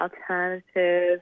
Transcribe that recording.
alternative